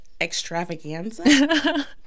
extravaganza